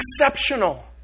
exceptional